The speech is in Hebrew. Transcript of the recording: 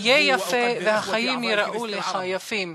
הֱיֵה יפה והחיים ייראו לך יפים.